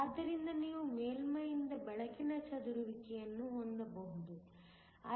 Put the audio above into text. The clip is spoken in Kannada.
ಆದ್ದರಿಂದ ನೀವು ಮೇಲ್ಮೈಯಿಂದ ಬೆಳಕಿನ ಚದುರುವಿಕೆಯನ್ನು ಹೊಂದಬಹುದು